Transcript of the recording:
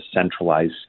centralized